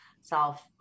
self